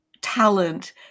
talent